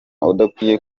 udakwiye